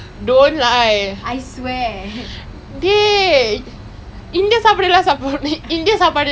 oh ya oh ya he should go to is at bugis ya it's called Parco's Tacos it's quite nice